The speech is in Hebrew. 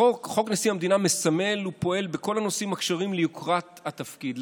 חוק נשיא המדינה מסמל ופועל בכל הנושאים הקשורים ליוקרת התפקיד,